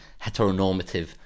heteronormative